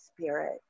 Spirit